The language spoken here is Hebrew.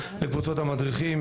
לקבוצות המדריכים,